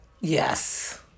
yes